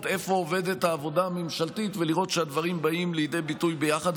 איפה עומדת העבודה הממשלתית ולראות שהדברים באים לידי ביטוי ביחד,